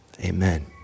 Amen